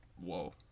Whoa